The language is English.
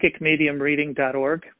PsychicMediumReading.org